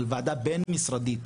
על וועדה בין משרדית,